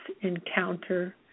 Encounter